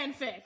fanfic